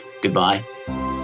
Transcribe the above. Goodbye